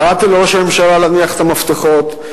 קראתי לראש הממשלה להניח את המפתחות.